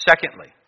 Secondly